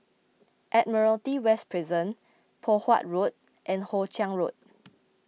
Admiralty West Prison Poh Huat Road and Hoe Chiang Road